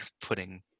putting